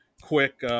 quick